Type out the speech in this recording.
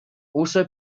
also